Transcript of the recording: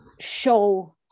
show